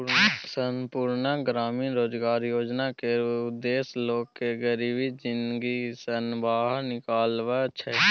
संपुर्ण ग्रामीण रोजगार योजना केर उद्देश्य लोक केँ गरीबी जिनगी सँ बाहर निकालब छै